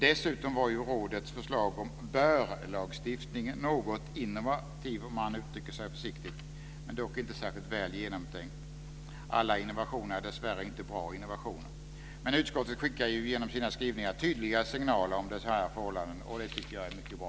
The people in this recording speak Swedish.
Dessutom var rådets förslag om bör-lagstiftningen något innovativ, om man uttrycker sig försiktigt, men dock inte särskilt väl genomtänkt. Alla innovationer är dessvärre inte bra innovationer. Men utskottet skickar ju genom sina skrivningar tydliga signaler om dessa förhållanden, och det tycker jag är mycket bra.